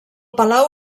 palau